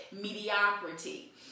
mediocrity